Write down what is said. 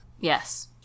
Yes